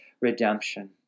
redemption